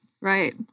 right